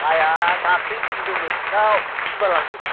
आइया दाख्लिसो नुदोंमोन ना सोरबा लांथ'दों